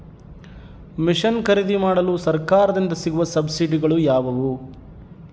Mission ಖರೇದಿಮಾಡಲು ಸರಕಾರದಿಂದ ಸಿಗುವ ಸಬ್ಸಿಡಿಗಳು ಯಾವುವು?